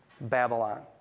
Babylon